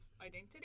identity